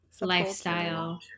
lifestyle